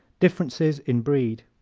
differences in breed